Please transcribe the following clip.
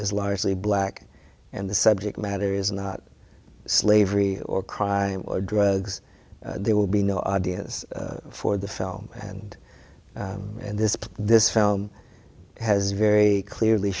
is largely black and the subject matter is not slavery or crime or drugs there will be no audience for the film and and this this film has very clearly